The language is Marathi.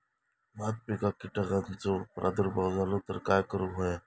भात पिकांक कीटकांचो प्रादुर्भाव झालो तर काय करूक होया?